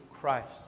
Christ